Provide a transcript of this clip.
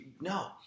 No